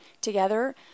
together